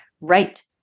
right